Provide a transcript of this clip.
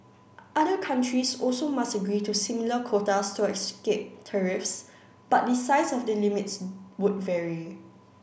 other countries also must agree to similar quotas to escape tariffs but the size of the limits would vary